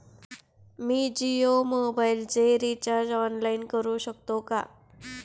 मी जियो मोबाइलचे recharge online करू शकते का?